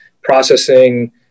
processing